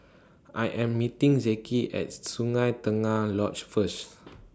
I Am meeting Zeke At Sungei Tengah Lodge First